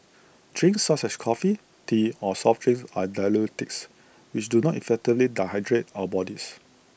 drinks such as coffee tea or soft drinks are diuretics which do not effectively die hydrate our bodies